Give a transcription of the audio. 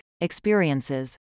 experiences